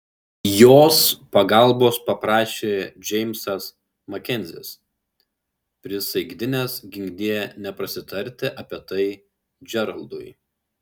jos pagalbos paprašė džeimsas makenzis prisaikdinęs ginkdie neprasitarti apie tai džeraldui